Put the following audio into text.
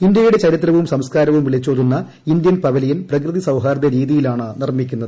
ഇന്ത്യയുടെ ചരിത്രവും സംസ്കാരവും വിളിച്ചോതുന്ന ഇന്ത്യൻ പവലിയൻ പ്രകൃതി സൌഹാർദ്ദ രീതിയിലാണ് നിർമ്മിക്കുന്നത്